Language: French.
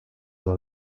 dans